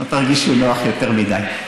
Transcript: לא תרגישו נוח יותר מדי.